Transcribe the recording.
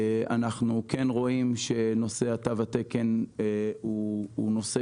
אנחנו כן רואים שנושא תו התקן הוא נושא